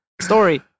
story